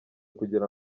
kugira